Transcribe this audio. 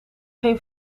geen